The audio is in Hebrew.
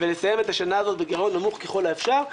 ולסיים את השנה הזאת בגרעון נמוך ככל האפשר,